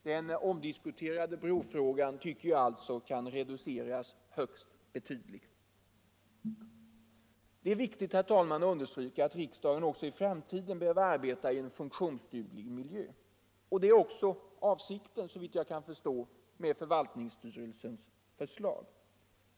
Den omdiskuterade brofrågan tycker jag därför kan reduceras högst betydligt. Det är viktigt, herr talman, att understryka att riksdagen också i framtiden självfallet behöver arbeta i en funktionsduglig miljö. Det är såvitt jag kan förstå också avsikten med förvaltningsstyrelsens förslag.